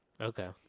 Okay